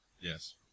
Yes